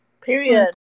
period